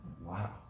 Wow